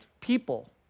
people